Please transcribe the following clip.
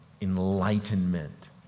enlightenment